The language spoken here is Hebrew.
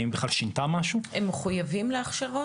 האם היא בכלל שינתה משהו --- הם מחויבים להכשרות?